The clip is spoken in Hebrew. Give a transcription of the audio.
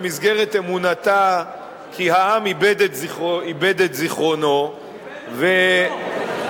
במסגרת אמונתה כי העם איבד את זיכרונו וניתן,